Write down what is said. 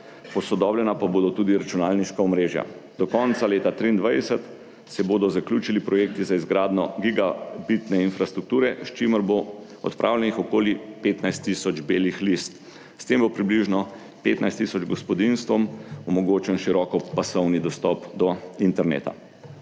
posodobljena pa bodo tudi računalniška omrežja. Do konca leta 2023 se bodo zaključili projekti za izgradnjo gigabitne infrastrukture, s čimer bo odpravljenih okoli 15 tisoč belih lis, s tem bo približno 15 tisoč gospodinjstvom omogočen širokopasovni dostop do interneta.